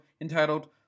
entitled